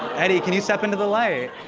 eddie, can you step into the light?